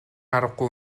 аргагүй